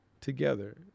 together